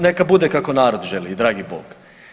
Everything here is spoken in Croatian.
Neka bude kako narod želi i dragi Bog.